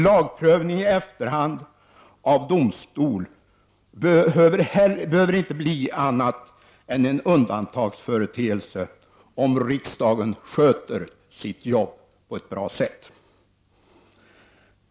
Lagprövning i efterhand av domstol behöver inte bli annat än en undantagsföreteelse om riksdagen sköter sitt jobb på ett bra sätt.